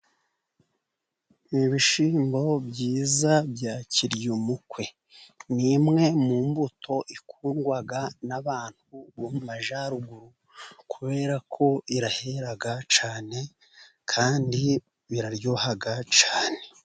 Ni ibishyimbo byiza bya kirya umukwe, ni imwe mu mbuto ikundwa n'abantu bo mu majyaruguru, kubera ko irahera cyane, kandi biraryoha cyane.